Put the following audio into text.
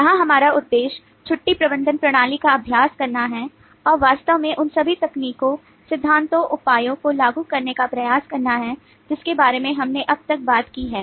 यहां हमारा उद्देश्य छुट्टी प्रबंधन प्रणाली का अभ्यास करना है और वास्तव में उन सभी तकनीकों सिद्धांतों उपायों को लागू करने का प्रयास करना है जिनके बारे में हमने अब तक बात की है